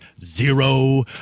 Zero